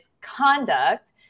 conduct